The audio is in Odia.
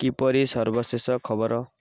କିପରି ସର୍ବଶେଷ ଖବର